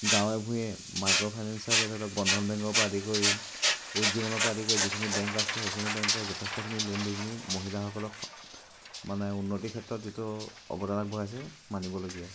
গাঁৱে ভূঞে মাইক্ৰ' ফাইনেন্সৰ বন্ধন বেংকৰ পৰা আদি কৰি উৰ্জীৱনৰ পৰা আদি কৰি যিখিনি বেংক আছে সেইখিনি বেংকে যথেষ্টখিনি লোন দি পিনি মহিলাসকলক মানে উন্নতিৰ ক্ষেত্ৰত যিটো অৱদান আগবঢ়াইছে মানিবলগীয়া